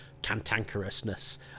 cantankerousness